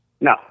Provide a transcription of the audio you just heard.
No